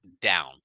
down